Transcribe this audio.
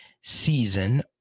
season